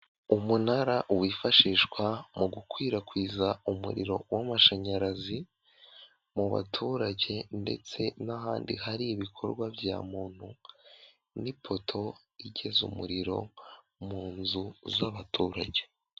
Umunara wifashishwa mu gukwirakwiza umuriro w'amashanyarazi mu baturage ndetse n'ahandi hari ibikorwa bya muntu, n'ipoto igeza umuriro mu nzu z'abaturage.